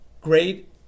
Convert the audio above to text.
Great